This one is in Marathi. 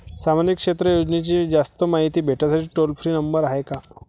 सामाजिक क्षेत्र योजनेची जास्त मायती भेटासाठी टोल फ्री नंबर हाय का?